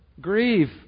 Grieve